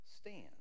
stand